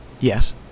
Yes